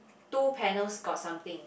two panels got something